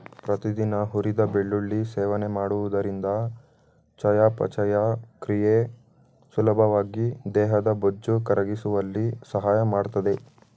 ಪ್ರತಿದಿನ ಹುರಿದ ಬೆಳ್ಳುಳ್ಳಿ ಸೇವನೆ ಮಾಡುವುದರಿಂದ ಚಯಾಪಚಯ ಕ್ರಿಯೆ ಸುಲಭವಾಗಿ ದೇಹದ ಬೊಜ್ಜು ಕರಗಿಸುವಲ್ಲಿ ಸಹಾಯ ಮಾಡ್ತದೆ